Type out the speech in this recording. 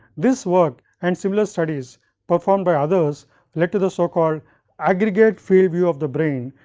this work and similar studies performed by others led to the so called aggregate field view of the brain,